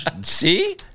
See